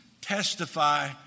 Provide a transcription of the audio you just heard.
testify